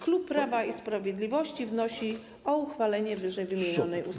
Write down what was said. Klub Prawa i Sprawiedliwości wnosi o uchwalenie ww. ustawy.